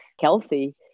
healthy